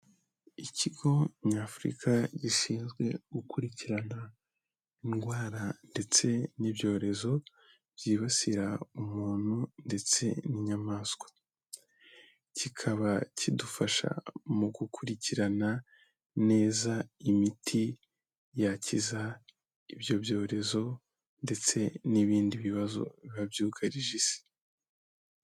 Ikigo nyafurika gishinzwe gukurikirana indwara ndetse n'ibyorezo byibasira umuntu ndetse n'inyamaswa kikaba kidufasha mu gukurikirana neza imiti yakiza ibyo byorezo ndetse n'ibindi bibazo biba byugarije isi.